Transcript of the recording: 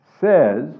says